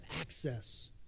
access